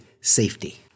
safety